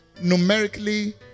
numerically